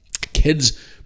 Kids